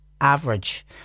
average